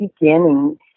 beginning